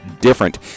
different